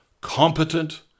competent